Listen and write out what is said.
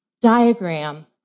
diagram